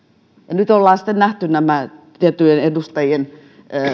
ja nyt ollaan sitten nähty nämä tiettyjen edustajien